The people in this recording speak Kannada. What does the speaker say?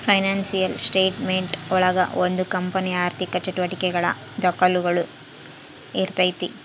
ಫೈನಾನ್ಸಿಯಲ್ ಸ್ಟೆಟ್ ಮೆಂಟ್ ಒಳಗ ಒಂದು ಕಂಪನಿಯ ಆರ್ಥಿಕ ಚಟುವಟಿಕೆಗಳ ದಾಖುಲುಗಳು ಇರ್ತೈತಿ